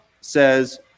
says